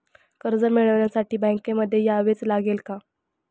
कर्ज मिळवण्यासाठी बँकेमध्ये यावेच लागेल का?